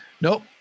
Nope